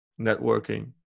networking